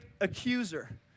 accuser